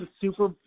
Super